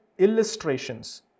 illustrations